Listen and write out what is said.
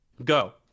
go